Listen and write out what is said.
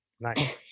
Nice